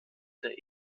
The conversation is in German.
der